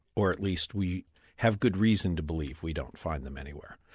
or at least we have good reason to believe we don't find them anywhere.